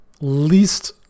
least